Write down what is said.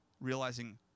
realizing